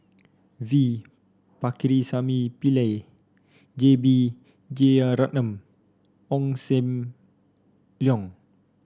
V Pakirisamy Pillai J B Jeyaretnam Ong Sam Leong